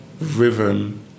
rhythm